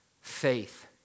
faith